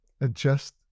adjust